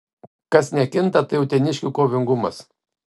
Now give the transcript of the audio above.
kas nekinta tai uteniškių kovingumas